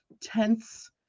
tense